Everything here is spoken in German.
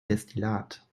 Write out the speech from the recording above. destillat